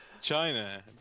China